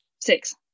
Six